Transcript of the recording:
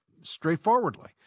straightforwardly